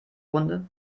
runde